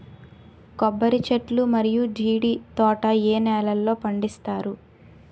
కొబ్బరి చెట్లు మరియు జీడీ తోట ఏ నేలల్లో పండిస్తారు?